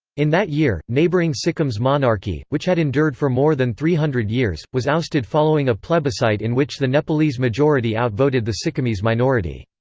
in that year, neighboring sikkim's monarchy, which had endured for more than three hundred years, was ousted following a plebiscite in which the nepalese majority outvoted the sikkimese minority.